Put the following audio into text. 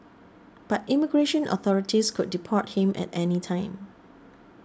but immigration authorities could deport him at any time